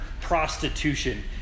prostitution